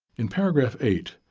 in paragraph eight,